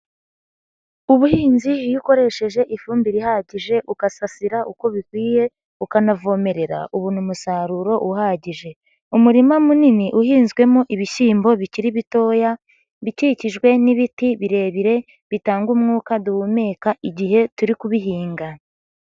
Ubuhinzi iyo ukoresheje ivumbire ihagije, ugasasira uko bikwiye ukanavomerera, ubona umusaruro uhagije. Umurima munini uhinzwemo ibishyimbo bikiri bitoya, bikikijwe n'ibiti birebire bitanga umwuka duhumeka, igihe turi kubihinga.